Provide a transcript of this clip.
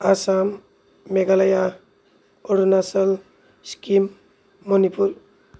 Assam Meghalaya Arunachal Sikkim Manipur